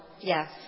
yes